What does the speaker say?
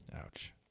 Ouch